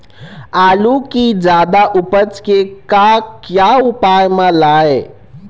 आलू कि जादा उपज के का क्या उपयोग म लाए?